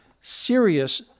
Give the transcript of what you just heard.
serious